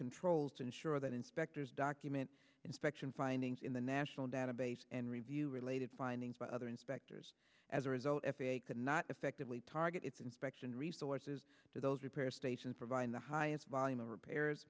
controls to ensure that inspectors document inspection findings in the national database and review related findings by other inspectors as a result f a a could not effectively target its inspection resources to those repair stations providing the highest volume of repairs